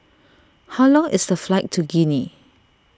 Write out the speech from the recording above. how long is the flight to Guinea